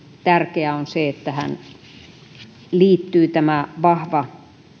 tärkeää on se että tähän liittyy tämä vahva